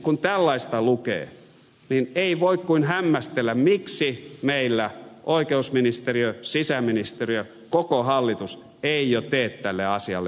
kun tällaista lukee niin ei voi kuin hämmästellä miksi meillä oikeusministeriö sisäministeriö koko hallitus ei jo tee tälle asialle jotain